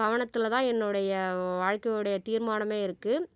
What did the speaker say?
கவனத்தில் தான் என்னுடைய வாழ்க்கையுடைய தீர்மானமே இருக்குது